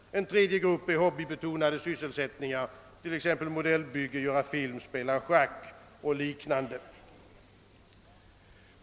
En tredje grupp är hobbybetonade sysselsättningar, t.ex. modellbygge, göra film, spela schack och liknande sysselsättningar.